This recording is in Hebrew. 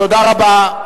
תודה רבה.